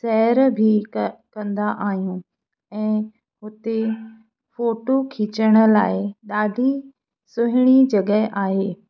सैर बि क कंदा आहियूं ऐं उते फ़ोटू खिचण लाइ ॾाढी सुहिणी जॻहि आहे